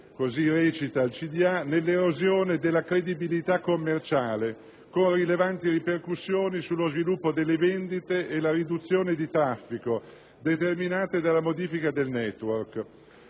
di amministrazione - «nell'erosione della credibilità commerciale (...) con rilevanti ripercussioni sullo sviluppo delle vendite e la riduzione di traffico determinate dalla modifica del *network*».